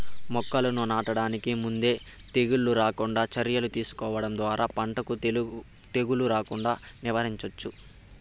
మొక్కలను నాటడానికి ముందే తెగుళ్ళు రాకుండా చర్యలు తీసుకోవడం ద్వారా పంటకు తెగులు రాకుండా నివారించవచ్చు